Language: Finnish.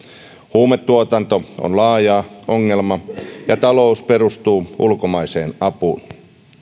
huumetuotanto on laaja ongelma ja talous perustuu ulkomaiseen apuun